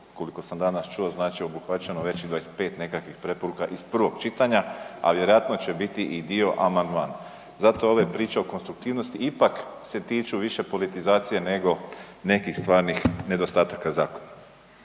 koliko sam danas čuo obuhvaćeno već i 25 nekakvih preporuka iz prvog čitanja, a vjerojatno će biti i dio amandmana. Zato ove priče o konstruktivnosti ipak se tiču više politizacije nego nekih stvarnih nedostataka zakona.